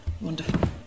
Wonderful